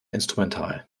instrumental